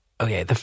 okay